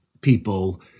people